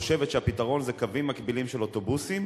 חושבת שהפתרון זה קווים מקבילים של אוטובוסים,